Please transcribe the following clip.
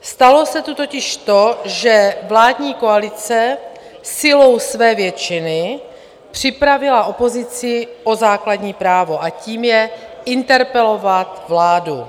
Stalo se tu totiž to, že vládní koalice silou své většiny připravila opozici o základní právo, a tím je interpelovat vládu.